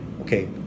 okay